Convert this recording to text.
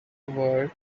world